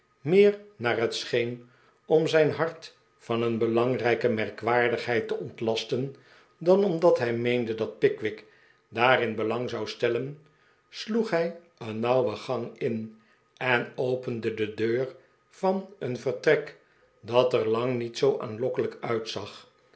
meer naar het scheen om zijn hart van een belangrijke merkwaardigheid te ontlasten dan omdat hij meende dat pickwick daarin belang zou stellen sloeg hij een nauwe gang in en opende de deur van een vertrek dat er lang niet aanlokkelijk uitzag